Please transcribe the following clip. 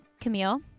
Camille